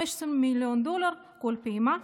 15 מיליון דולר כל פעימה.